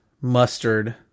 Mustard